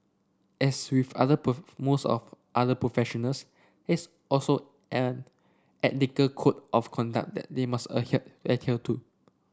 as with other other professionals is also an ethical code of conduct that they must adhere adhere to